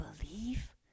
believe